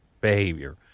behavior